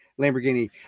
Lamborghini